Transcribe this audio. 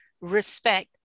respect